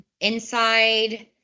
Inside